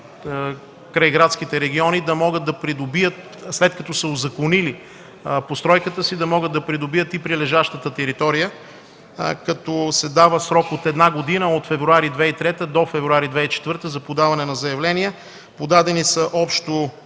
в крайградските региони, след като са узаконили постройката си, да могат да придобият и прилежащата територия, като се дава срок от една година: от февруари 2003 г. до февруари 2004 г., за подаване на заявления. Подадени са общо